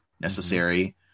necessary